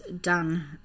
done